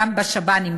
גם בשב"נים,